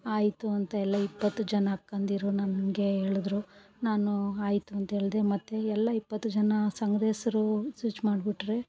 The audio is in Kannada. ಆಯಿತು ಅಂತ ಎಲ್ಲ ಇಪ್ಪತ್ತು ಜನ ಅಕ್ಕಂದಿರು ನನಗೆ ಹೇಳದ್ರು ನಾನು ಆಯಿತು ಅಂತೇಳ್ದೆ ಮತ್ತು ಎಲ್ಲ ಇಪ್ಪತ್ತು ಜನ ಸಂಘ್ದಹೆಸ್ರು ಸುಚ್ ಮಾಡಿಬಿಟ್ರೆ